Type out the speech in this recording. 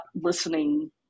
listening